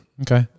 Okay